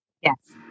Yes